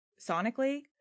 Sonically